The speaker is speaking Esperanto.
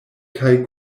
kaj